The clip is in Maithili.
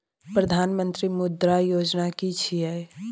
प्रधानमंत्री मुद्रा योजना कि छिए?